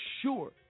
sure